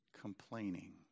complaining